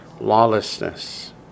Lawlessness